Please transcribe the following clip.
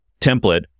template